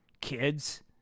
kids